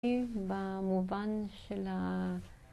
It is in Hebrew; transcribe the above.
במובן של ה...